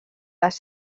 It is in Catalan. les